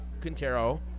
Quintero